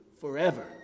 forever